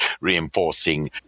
reinforcing